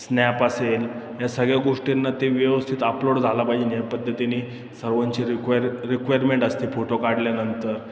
snap असेल या सगळ्या गोष्टींना ते व्यवस्थित अपलोड झाला पाहिजे या पद्धतीने सर्वांची रिक्वायर रिक्वायरमेंट असते फोटो काढल्यानंतर